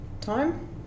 time